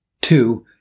Two